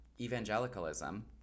evangelicalism